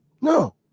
No